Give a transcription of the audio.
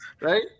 Right